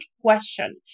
question